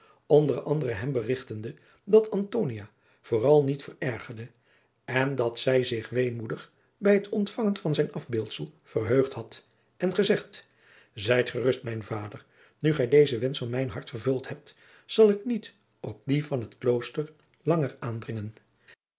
onder anderen hem berigtende dat antonia vooral niet verergerde en dat zij zich weemoedig bij het ontvangen van zijn afbeeldsel verheugd had en gezegd zijt gerust mijn vader nu gij dezen wensch van mijn hart vervuld hebt zal ik niet op dien van het klooster langer aandringen